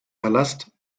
palast